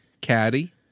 Caddy